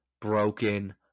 broken